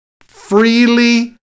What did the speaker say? freely